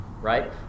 right